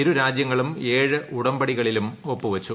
ഇരു രാജൃങ്ങളും ഏഴ് ഉടമ്പടികളിലും ഒപ്പു വച്ചു